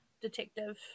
detective